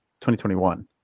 2021